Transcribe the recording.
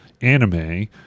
anime